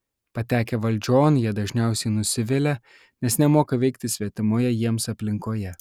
patekę valdžion jie dažniausiai nusivilia nes nemoka veikti svetimoje jiems aplinkoje